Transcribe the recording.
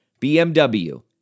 BMW